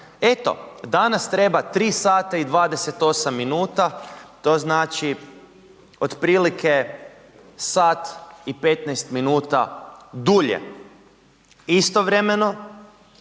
Eto, danas treba 3 sata i 28 minuta, to znači otprilike sat i 15 minuta dulje. Istovremeno,